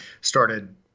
started